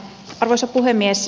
arvoisa puhemies